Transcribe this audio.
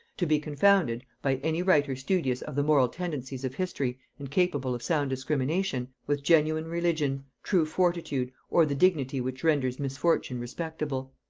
to be confounded, by any writer studious of the moral tendencies of history and capable of sound discrimination, with genuine religion, true fortitude, or the dignity which renders misfortune respectable.